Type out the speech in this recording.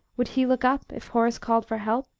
would he look up if horace called for help?